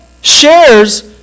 shares